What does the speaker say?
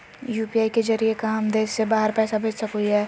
UPI के जरिए का हम देश से बाहर पैसा भेज सको हियय?